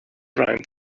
around